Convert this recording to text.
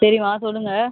சரிம்மா சொல்லுங்கள்